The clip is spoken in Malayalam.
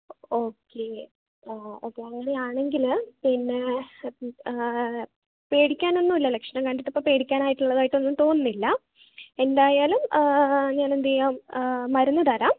ഓക്കെ ഓക്കെ അങ്ങനെ ആണെങ്കിൽ പിന്നെ പേടിക്കാനൊന്നുമില്ല ലക്ഷണം കണ്ടിട്ട് ഇപ്പം പേടിക്കാനായിട്ട് ഉള്ളതായിട്ട് ഒന്നും തോന്നുന്നില്ല എന്തായാലും ഞാൻ എന്ത് ചെയ്യാം മരുന്ന് തരാം